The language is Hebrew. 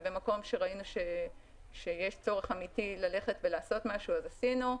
ובמקום שראינו שיש צורך אמיתי לעשות משהו אז עשינו.